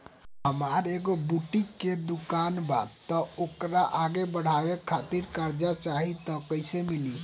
हमार एगो बुटीक के दुकानबा त ओकरा आगे बढ़वे खातिर कर्जा चाहि त कइसे मिली?